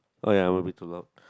oh ya will be too long